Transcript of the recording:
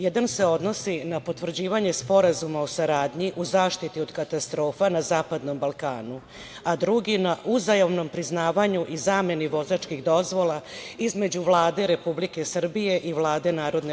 Jedan se odnosi na potvrđivanje Sporazuma o saradnji u zaštiti od katastrofa na Zapadnom Balkanu, a drugi na uzajamnom priznavanju i zameni vozačkih dozvola između Vlade Republike Srbije i Vlade NRK.